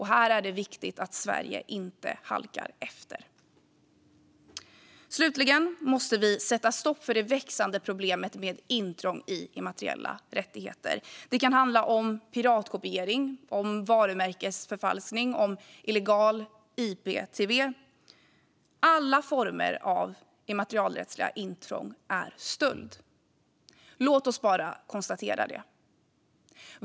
Här är det viktigt att Sverige inte halkar efter. Slutligen måste vi sätta stopp för det växande problemet med intrång i immateriella rättigheter. Det kan handla om piratkopiering, varumärkesförfalskning och illegal ip-tv. Alla former av immaterialrättsintrång är stöld. Låt oss bara konstatera det.